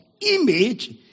image